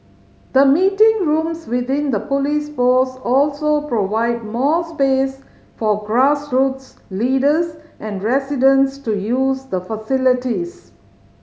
the meeting rooms within the police post also provide more space for grassroots leaders and residents to use the facilities